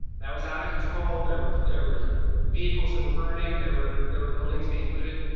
that was out of control, there were there were vehicles that were burning, there were there were buildings being looted.